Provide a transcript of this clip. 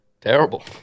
terrible